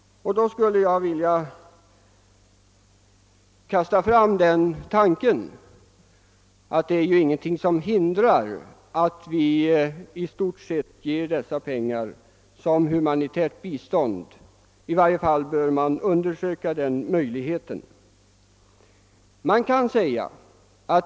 Då skulle jag vilja framhålla att ingenting hindrar att vi i ett sådant läge i stort sett ger alla dessa pengar till humanitärt bistånd. I varje fall bör möjligheten undersökas.